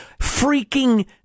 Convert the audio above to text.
Freaking